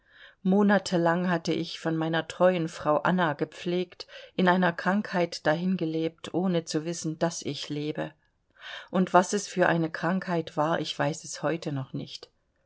monatelang hatte ich von meiner treuen frau anna gepflegt in einer krankheit dahingelebt ohne zu wissen daß ich lebe und was es für eine krankheit war ich weiß es heute noch nicht